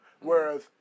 Whereas